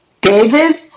david